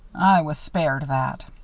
i was spared that.